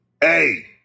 hey